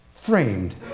framed